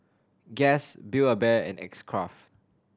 Guess Build A Bear and X Craft